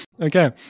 Okay